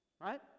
right